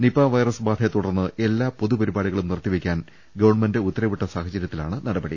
Nipah virus ബാധയെ ്തുടർന്ന് എല്ലാ പൊതുപരിപാടികളും നിർത്തിവെയ്ക്കാൻ ഗവൺമെന്റ് ഉത്തർവിട്ട സാഹ ചരൃത്തിലാണ് നടപടി